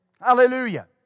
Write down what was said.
Hallelujah